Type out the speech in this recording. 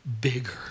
bigger